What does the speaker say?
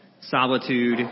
solitude